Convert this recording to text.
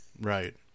Right